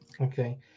okay